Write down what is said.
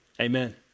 amen